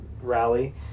rally